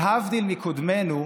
להבדיל מקודמינו,